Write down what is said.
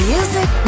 Music